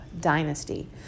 Dynasty